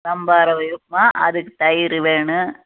சம்பா ரவை உப்புமா அதுக்கு தயிர் வேணும்